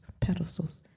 pedestals